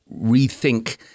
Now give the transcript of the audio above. rethink